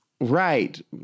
Right